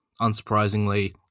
Unsurprisingly